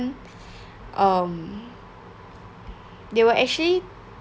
um they were actually